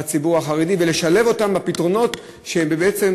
לציבור החרדי ולשלב אותם בפתרונות שבעצם